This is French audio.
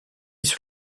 sur